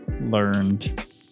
learned